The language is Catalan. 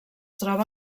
troba